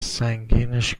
سنگیش